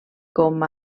com